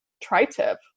tri-tip